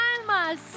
almas